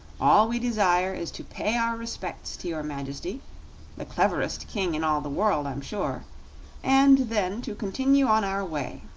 all we desire is to pay our respects to your majesty the cleverest king in all the world, i'm sure and then to continue on our way.